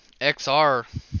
xr